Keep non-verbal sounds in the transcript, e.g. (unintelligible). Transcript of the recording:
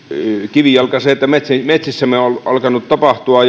kivijalka se että metsissämme on alkanut tapahtua (unintelligible)